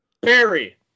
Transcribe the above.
Barry